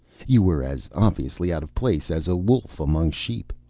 you were as obviously out of place as a wolf among sheep.